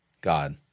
God